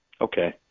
Okay